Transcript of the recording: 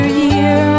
year